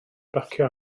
bacio